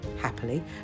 happily